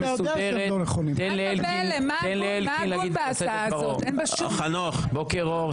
ולא להעמיס על ועדת החוקה בהצעת חוק שלא ראוי